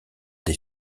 des